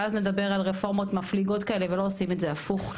ואז נדבר על רפורמות מפליגות כאלה ולא עושים את זה הפוך,